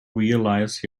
realize